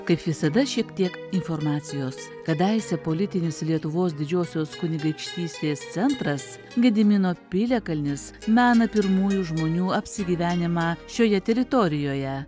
kaip visada šiek tiek informacijos kadaise politinis lietuvos didžiosios kunigaikštystės centras gedimino piliakalnis mena pirmųjų žmonių apsigyvenimą šioje teritorijoje